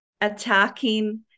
attacking